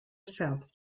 south